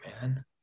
man